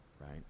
right